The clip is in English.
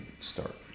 start